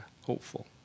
hopeful